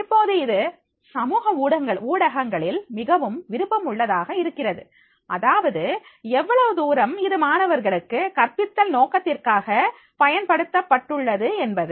இப்போது இது சமூக ஊடகங்களில் மிகவும் விருப்பம் உள்ளதாக இருக்கிறது அதாவது எவ்வளவு தூரம் இது மாணவர்களுக்கு கற்பித்தல் நோக்கத்திற்காக பயன்படுத்தப்பட்டுள்ளது என்பது